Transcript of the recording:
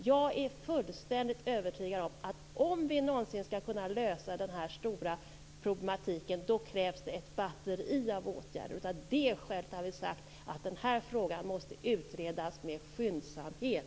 Jag är fullständigt övertygad om, att om vi någonsin skall lösa detta stora problem krävs det ett batteri av åtgärder. Av det skälet har vi sagt att frågan måste utredas med skyndsamhet.